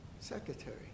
secretary